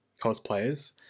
cosplayers